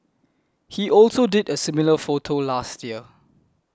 he also did a similar photo last year